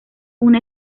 una